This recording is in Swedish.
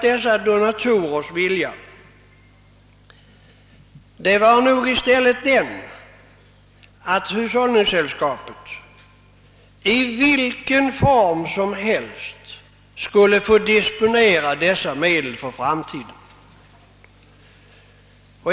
Dessa donatorers vilja var nog i stället den, att hushållningssällskapen, vilken form de än finge, skulle få disponera dessa medel för framtiden.